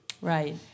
Right